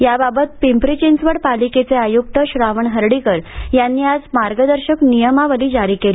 या बाबत पिंपरी चिंचवड पालिकेचे आयुक्त श्रावण हर्डीकर यांनी आज मार्गदर्शक नियमावली जारी केली